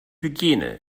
hygiene